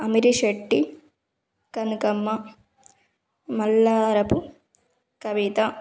Amirisetti Kanakamma Mallarapu Kavitha